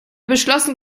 beschlossen